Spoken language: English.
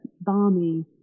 balmy